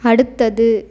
அடுத்தது